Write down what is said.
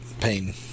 Pain